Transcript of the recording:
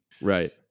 Right